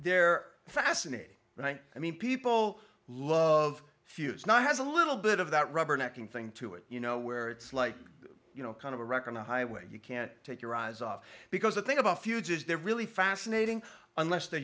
they're fascinating right i mean people love fuse now has a little bit of that rubber necking thing to it you know where it's like you know kind of a record a highway you can't take your eyes off because the thing about feuds is they're really fascinating unless they're